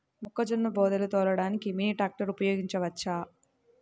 మొక్కజొన్న బోదెలు తోలడానికి మినీ ట్రాక్టర్ ఉపయోగించవచ్చా?